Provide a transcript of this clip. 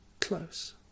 close